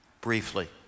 briefly